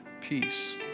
Peace